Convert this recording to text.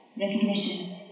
Recognition